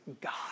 God